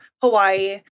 Hawaii